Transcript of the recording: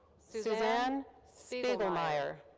suzanne spigelmyer.